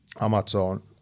Amazon